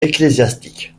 ecclésiastiques